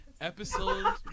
episode